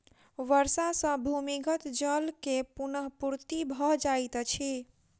वर्षा सॅ भूमिगत जल के पुनःपूर्ति भ जाइत अछि